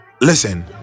listen